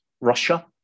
Russia